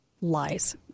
lies